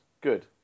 Good